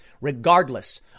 regardless